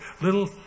little